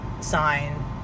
sign